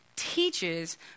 teaches